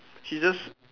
she just